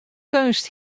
keunst